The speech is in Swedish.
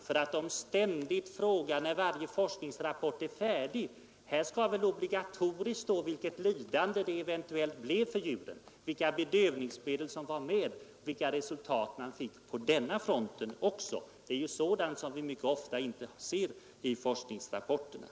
De skall också ständigt fråga, när en forskningsrapport är färdig: Här skall väl obligatoriskt stå vilket lidande det eventuellt blev för djuren, vilka bedövningsmedel som använts, osv. — dvs. sådant som vi mycket ofta inte ser i forskningsrapporterna.